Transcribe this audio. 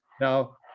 Now